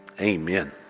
Amen